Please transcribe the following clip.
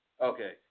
Okay